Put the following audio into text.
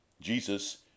Jesus